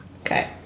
okay